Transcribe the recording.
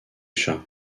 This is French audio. chats